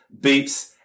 beeps